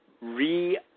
re